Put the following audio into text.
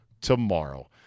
tomorrow